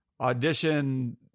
audition